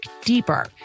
deeper